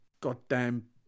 goddamn